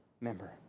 member